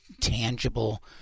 tangible